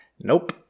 nope